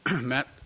Matt